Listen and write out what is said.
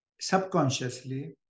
subconsciously